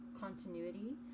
continuity